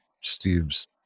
Steve's